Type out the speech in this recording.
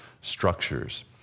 structures